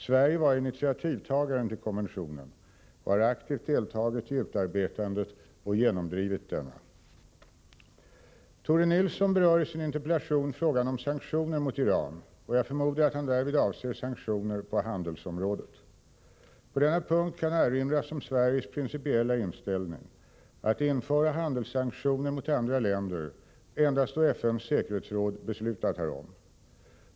Sverige var initiativtagaren till konventionen och har aktivt deltagit i utarbetandet och genomdrivandet av denna. Tore Nilsson berör i sin interpellation frågan om sanktioner mot Iran, och jag förmodar att han därvid avser sanktioner på handelsområdet. På denna punkt kan erinras om Sveriges principiella inställning att införa handelssanktioner mot andra länder endast då FN:s säkerhetsråd beslutat härom.